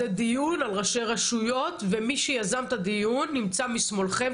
זה דיון על ראשי רשויות ומי שיזם את הדיון נמצא משמאלכם,